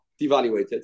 devaluated